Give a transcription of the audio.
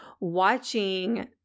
watching